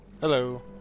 Hello